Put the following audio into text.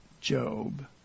Job